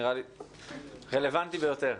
נראה לי רלוונטי ביותר.